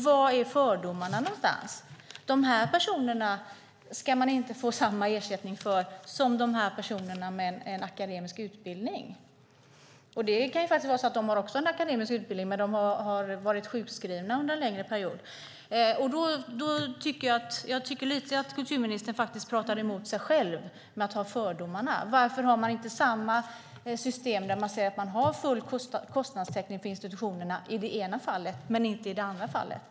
Var finns fördomarna någonstans? Man ska inte få samma ersättning för de här personerna som man får för personer med en akademisk utbildning. De kan också ha en akademisk utbildning men varit sjukskrivna under en längre period. Jag tycker att kulturministern pratar emot sig själv lite grann när det gäller fördomarna. Varför har man full kostnadstäckning för institutionerna i det ena fallet men inte i det andra fallet?